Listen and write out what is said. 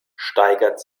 steigert